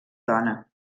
dona